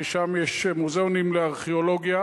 ששם יש מוזיאונים לארכיאולוגיה,